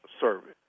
service